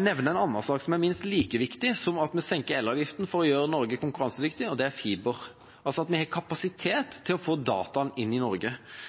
nevne en annen sak som er minst like viktig som at vi senker elavgiften for å gjøre Norge konkurransedyktig, og det er fiber, at vi har kapasitet til å få dataene inn i Norge.